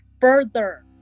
further